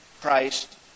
Christ